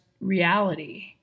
reality